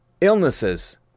Illnesses